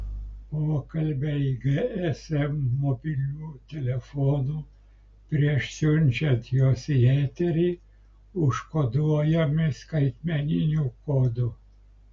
pokalbiai gsm mobiliu telefonu prieš siunčiant juos į eterį užkoduojami skaitmeniniu kodu